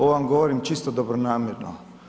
Ovo vam govorim čisto dobronamjerno.